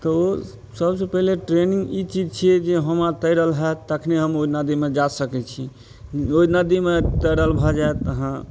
तऽ ओ सबसे पहिले ट्रेनिंग ई चीज छियै जे हम अहाँ तैरल होयत तखने हम ओहि नदीमे जा सकैत छी ओहि नदीमे तैरल भऽ जाएत अहाँ